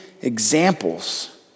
examples